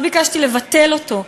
לא ביקשתי לבטל אותו,